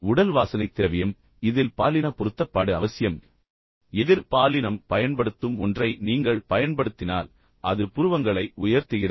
உடல் வாசனை திரவியம் இதில் பாலின பொருத்தப்பாடு அவசியம் என்று நான் சொன்னேன் எதிர் பாலினம் பயன்படுத்தும் ஒன்றை நீங்கள் பயன்படுத்தினால் அது உண்மையில் புருவங்களை உயர்த்துகிறது